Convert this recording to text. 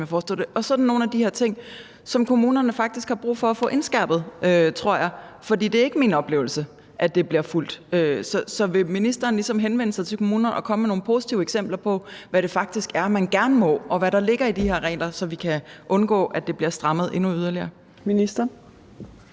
og sådan nogle ting, som kommunerne faktisk har brug for at få indskærpet, tror jeg. For det er ikke min oplevelse, at det bliver fulgt. Så vil ministeren henvende sig til kommunerne og komme med nogle positive eksempler på, hvad det faktisk er, man gerne må, og hvad der ligger i de her regler, så vi kan undgå, at det bliver strammet yderligere?